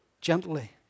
gently